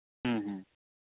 ᱦᱮᱸ ᱦᱮᱸ